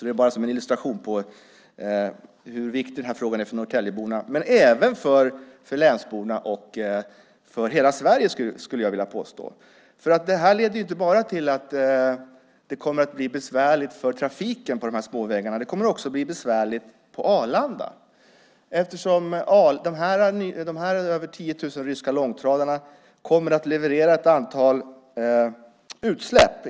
Det är en illustration på hur viktig frågan är för Norrtäljeborna, men även för länsborna och för hela Sverige, skulle jag vilja påstå. Det här leder inte bara till att det kommer att bli besvärligt för trafiken på de här småvägarna. Det kommer också att bli besvärligt på Arlanda. De över 10 000 ryska långtradarna kommer att ge utsläpp.